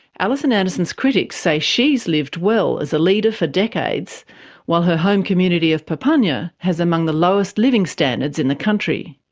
alison anderson's critics say she has lived well as a leader for decades while her home community of papunya has among the lowest living standards in the country.